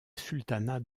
sultanat